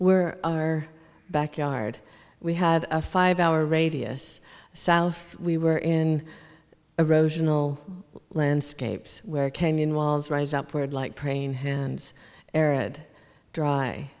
where our backyard we have a five hour radius south we were in a row tional landscapes where kenyan walls rise up weird like praying hands arid dry